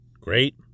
Great